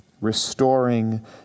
restoring